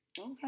okay